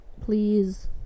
please